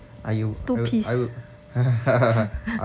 I would I would I would